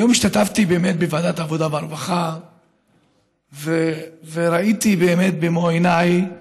היום השתתפתי באמת בוועדת העבודה והרווחה וראיתי באמת במו עיניי